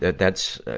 that's, ah,